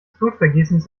blutvergießens